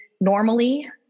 normally